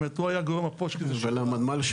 זה הרמה של